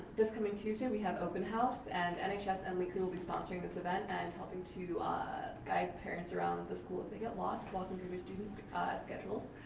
this coming tuesday, we have open house, and and nhs and lincoln will be sponsoring this event and helping to guide parents around the the school if they get lost walking through their students' schedules.